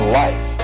life